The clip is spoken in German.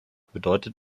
bedeutet